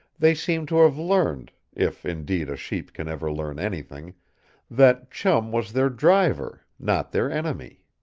they seemed to have learned if indeed a sheep can ever learn anything that chum was their driver, not their enemy.